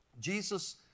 Jesus